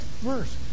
verse